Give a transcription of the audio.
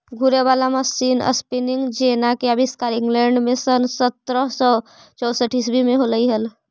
घूरे वाला machine spinning जेना के आविष्कार इंग्लैंड में सन् सत्रह सौ चौसठ ईसवी में होले हलई